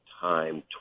time